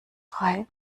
frei